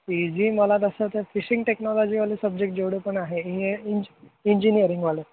P G मला तसं तर फिशिंग टेक्नॉलॉजीवाले सब्जेक्ट जेवढे पण आहे इने इंज इंजिनिअरिंगवाले